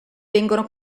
vengono